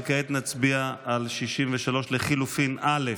כעת נצביע על 63 לחלופין א'.